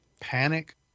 panic